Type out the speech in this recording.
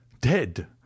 Dead